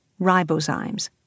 ribozymes